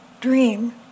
dream